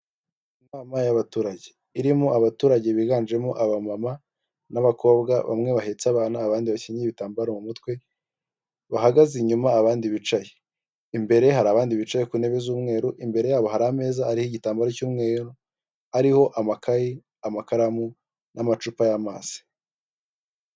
Inama y'abaturage irimo abaturage biganjemo aba mama n'abakobwa bamwe bahetse abana, abandi bashyize ibitambaro mu mutwe, bahagaze inyuma abandi bicaye, imbere hari abandi bicaye ku ntebe z'umweru imbere yabo hari ameza ariho igitambaro cy'umweru hari amakayi amakaramu n'amacupa y'amazi.